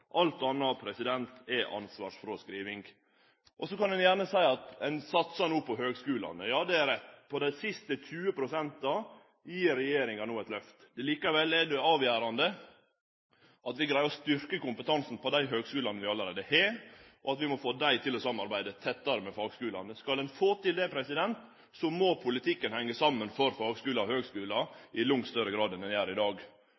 Alt anna er ansvarsfråskriving. Så kan ein gjerne seie at ein no satsar på høgskulane. Ja, det er rett. På dei siste 20 pst. gjer regjeringa no eit lyft. Likevel er det avgjerande at vi greier å styrkje kompetansen til dei høgskulane vi allereie har, og at vi må få dei til å samarbeide tettare med fagskulane. Skal ein få til det, må politikken hengje saman for fagskular og høgskular i langt større grad enn han gjer i dag.